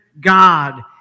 God